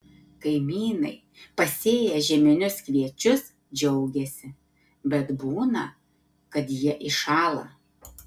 kaimynai pasėję žieminius kviečius džiaugiasi bet būna kad jie iššąla